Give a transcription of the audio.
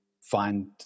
find